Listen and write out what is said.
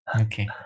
Okay